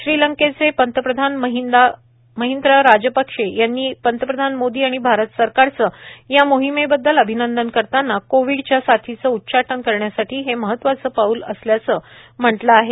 श्रीलंकेचे पंतप्रधान महिंदा राजपक्षे यांनी पंतप्रधान मोदी आणि भारत सरकारचं या मोहिमेबद्दल अभिनंदन करताना कोविडच्या साथीचं उच्चाटन करण्यासाठी हे महत्वाचं पाऊल असल्याचं म्हटलं आहे